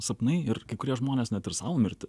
sapnai ir kai kurie žmonės net ir sau mirtį